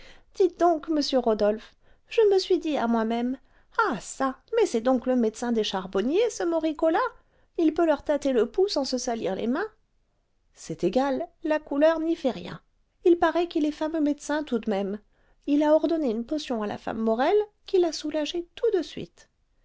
dites donc monsieur rodolphe je me suis dit à moi-même ah çà mais c'est donc le médecin des charbonniers ce moricaud là il peut leur tâter le pouls sans se salir les mains c'est égal la couleur n'y fait rien il paraît qu'il est fameux médecin tout de même il a ordonné une potion à la femme morel qui l'a soulagée tout de suite